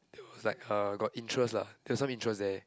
there was like uh got interest lah there was some interest there